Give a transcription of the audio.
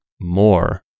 more